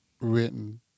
written